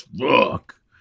rock